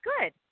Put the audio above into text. good